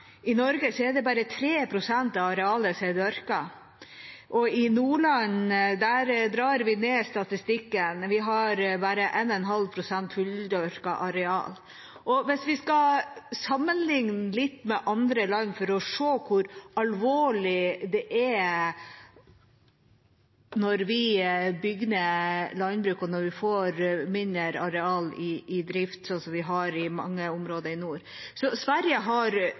i Norge er en veldig knapp og ikke fornybar ressurs. I Norge er det bare 3 pst. av arealet som er dyrket, og i Nordland drar vi ned statistikken. Vi har bare 1,5 pst. fulldyrket areal. Hvis vi skal sammenligne litt med andre land for å se hvor alvorlig det er når vi bygger ned landbruket og får mindre areal i drift, som vi har i mange områder i nord: Sverige har